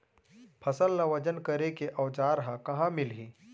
फसल ला वजन करे के औज़ार हा कहाँ मिलही?